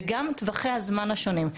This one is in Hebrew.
וגם טווחי הזמן השונים.